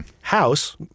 House